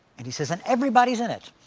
and he said, everybody's in it,